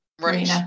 right